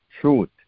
truth